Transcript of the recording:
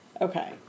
Okay